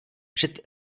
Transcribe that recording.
před